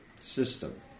System